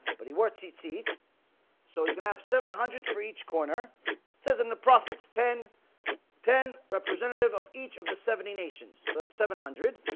but he worth seat seat so he's gonna have seven hundred for each corner says in the prophets ten ten representative of each of the seventy nations, so that's seven hundred